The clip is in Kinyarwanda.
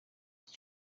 icyi